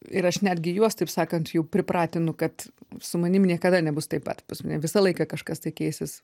ir aš netgi juos taip sakant jau pripratinu kad su manim niekada nebus taip pat pas mane visą laiką kažkas tai keisis